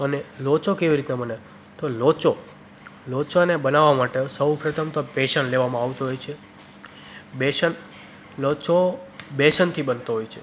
અને લોચો કેવી રીતે બને તો લોચો લોચાને બનાવવા માટે સૌ પ્રથમ તો બેસન લેવામાં આવતું હોય છે બેસન લોચો બેસનથી બનતો હોય છે